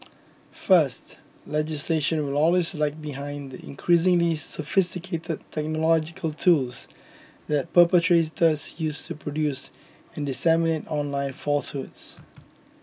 first legislation will always lag behind the increasingly sophisticated technological tools that perpetrators use to produce and disseminate online falsehoods